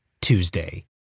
tuesday